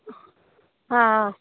ஆ ஆ